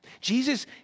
Jesus